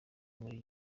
muri